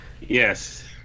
Yes